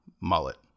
mullet